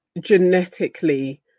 genetically